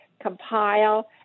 compile